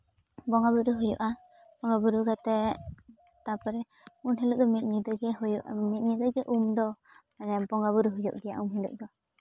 ᱵᱚᱸᱜᱟᱼᱵᱩᱨᱩ ᱦᱩᱭᱩᱜᱼᱟ ᱵᱚᱸᱜᱟᱼᱵᱩᱨᱩ ᱠᱟᱛᱮᱜ ᱩᱱ ᱦᱤᱞᱳᱜ ᱫᱚ ᱢᱤᱫ ᱧᱤᱫᱟᱹᱜᱮ ᱦᱩᱭᱩᱜᱼᱟ ᱢᱤᱫ ᱧᱤᱫᱟᱹᱜᱮ ᱩᱱᱫᱚ ᱢᱟᱱᱮ ᱵᱚᱸᱜᱟᱼᱵᱩᱨᱩ ᱦᱩᱭᱩᱜ ᱜᱮᱭᱟ ᱩᱱᱦᱤᱞᱳᱜ ᱫᱚ